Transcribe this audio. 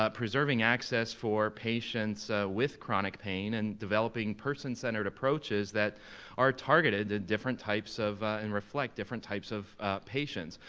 ah preserving access for patients with chronic pain and developing person-centered approaches that are targeted at different types of, and reflect different types of patients.